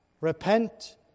Repent